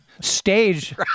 stage